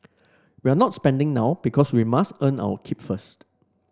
we're not spending now because we must earn our keep first